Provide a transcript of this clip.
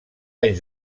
anys